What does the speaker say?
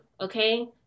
okay